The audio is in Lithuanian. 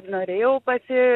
norėjau pasi